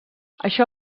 això